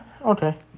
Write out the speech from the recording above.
okay